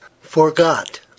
forgot